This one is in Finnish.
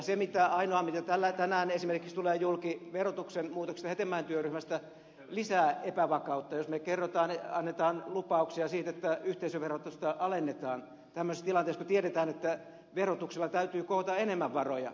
ja ainoa mitä tänään esimerkiksi tulee julki verotuksen muutoksesta hetemäen työryhmästä lisää epävakautta jos kerrotaan annetaan lupauksia siitä että yhteisöverotusta alennetaan tämmöisessä tilanteessa kun tiedetään että verotuksella täytyy koota enemmän varoja